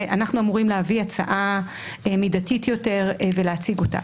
ואנחנו אמורים להביא הצעה מידתית יותר ולהציג אותה.